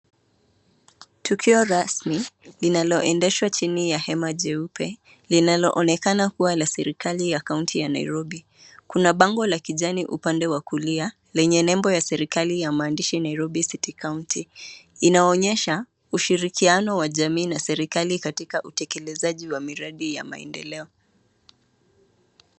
Tukio rasmi linaloendeshwa chini ya hema jeupe linaloonekana kuwa la serikali ya kaunti ya Nairobi. Kuna bango la kijani upande wa kulia lenye nembo ya serikali ya maandishi Nairobi city county . Inaonyesha ushirikiano wa jamii na serikali katika utekelezaji wa miradi ya maendeleo.